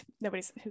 nobody's